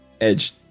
edge